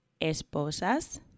esposas